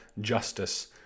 justice